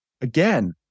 again